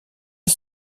est